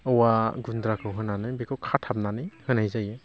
औवा गुन्द्राखौ होनानै बेखौ खाथाबनानै होनाय जायो